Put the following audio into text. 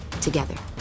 together